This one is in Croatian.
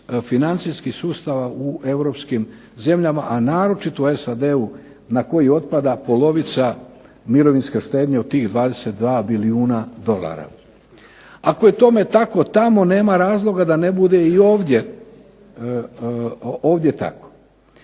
financijskih sustava u europskim zemljama, a naročito u SAD-u na koji otpada polovica mirovinske štednje od tih 22 bilijuna dolara. Ako je tome tako tamo nema razloga da ne bude i ovdje tako.